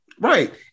Right